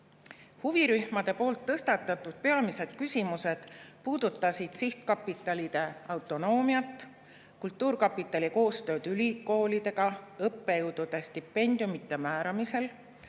Huvirühmade poolt tõstatatud peamised küsimused puudutasid sihtkapitalide autonoomiat, kultuurkapitali koostööd ülikoolidega õppejõududele stipendiumide määramisel,